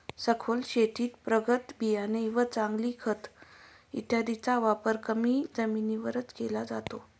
सखोल शेतीत प्रगत बियाणे व चांगले खत इत्यादींचा वापर कमी जमिनीवरच केला जातो